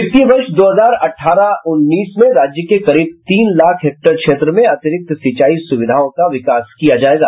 वित्तीय वर्ष दो हजार अठारह उन्नीस में राज्य के करीब तीन लाख हेक्टेयर क्षेत्र में अतिरिक्त सिंचाई सुविधाओं का विकास किया जायेगा